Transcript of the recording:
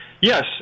Yes